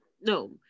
No